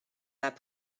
pas